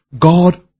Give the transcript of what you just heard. God